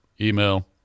email